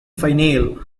finale